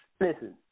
Listen